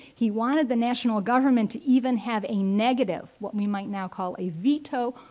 he wanted the national government to even have a negative, what we might now call a veto,